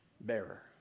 bearer